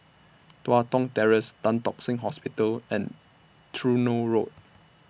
Tua Kong Terrace Tan Tock Seng Hospital and Truro Road